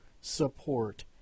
support